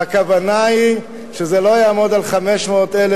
והכוונה היא שזה לא יעמוד על 500,000